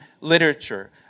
literature